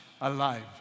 alive